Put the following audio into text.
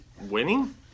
winning